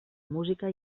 música